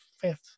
fifth